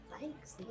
Thanks